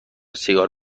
سیگار